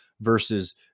versus